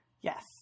Yes